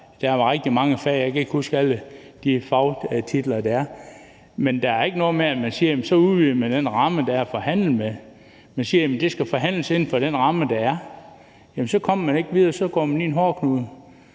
der er rigtig mange fag, og jeg kan ikke huske alle de fagtitler, der er. Men der er ikke noget med, at man siger, at man udvider den ramme, der er at forhandle med. Man siger, at det skal forhandles inden for den ramme, der er. Jamen så kommer man ikke videre, så går det i hårdknude.